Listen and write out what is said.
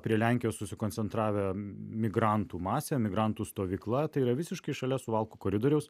prie lenkijos susikoncentravę migrantų masė migrantų stovykla tai yra visiškai šalia suvalkų koridoriaus